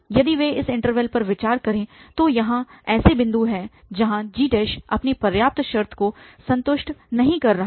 यदि वे इस इन्टरवल पर विचार करें तो यहाँ ऐसे बिंदु हैं जहाँ g अपनी पर्याप्त शर्त को संतुष्ट नहीं कर रहा है